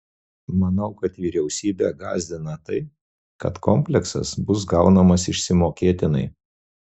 manau kad vyriausybę gąsdina tai kad kompleksas bus gaunamas išsimokėtinai